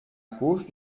gauche